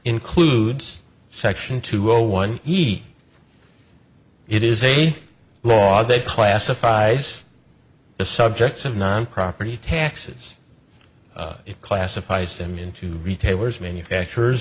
includes section two zero one he it is a law that classifies the subjects of non property taxes it classifies them into retailers manufacturers